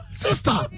sister